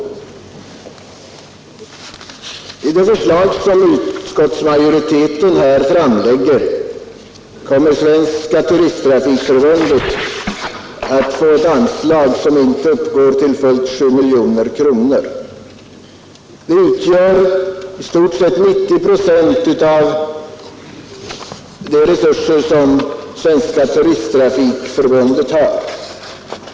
Enligt det förslag som utskottsmajoriteten framlägger kommer Svenska turisttrafikförbundet att få ett anslag som uppgår till inte fullt 7 miljoner kronor. Det utgör i stort sett 90 procent av de resurser som Svenska turisttrafikförbundet har.